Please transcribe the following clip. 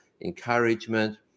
encouragement